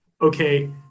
okay